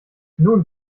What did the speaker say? nun